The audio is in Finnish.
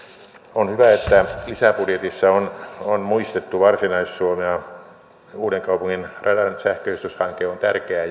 on hyvä että lisäbudjetissa on on muistettu varsinais suomea uudenkaupungin radan sähköistyshanke on tärkeä